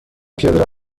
پیاده